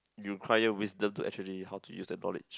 you acquire wisdom to actually how to use the knowledge